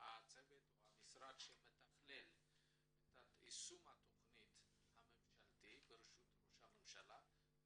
המשרד שמתכלל את יישום התכנית הממשלתית בראשות ראש הממשלה.